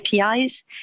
APIs